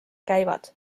käivad